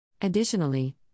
Additionally